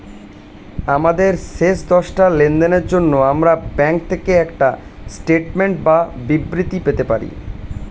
আমাদের শেষ দশটা লেনদেনের জন্য আমরা ব্যাংক থেকে একটা স্টেটমেন্ট বা বিবৃতি পেতে পারি